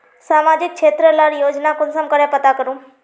सामाजिक क्षेत्र लार योजना कुंसम करे पता करूम?